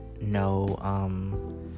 no